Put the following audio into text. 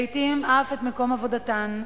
לעתים אף את מקום עבודתן,